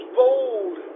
bold